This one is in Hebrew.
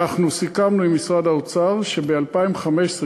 אנחנו סיכמנו עם משרד האוצר שב-2015,